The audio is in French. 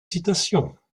citations